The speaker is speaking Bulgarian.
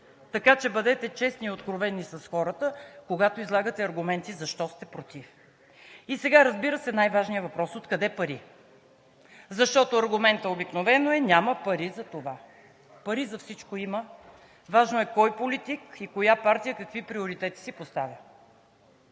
Така че бъдете честни и откровени с хората, когато излагате аргументи защо сте против. И сега, разбира се, най-важният въпрос: откъде пари? Защото аргументът обикновено е, че няма пари за това. Пари за всичко има, важно е кой политик и коя партия какви приоритети си поставя.